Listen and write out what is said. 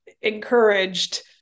encouraged